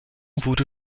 wurde